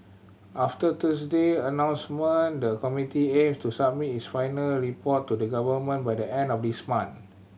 after Thursday announcement the committee aim to submit its final report to the Government by the end of this month